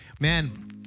Man